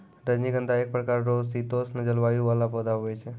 रजनीगंधा एक प्रकार रो शीतोष्ण जलवायु वाला पौधा हुवै छै